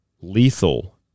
lethal